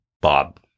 Bob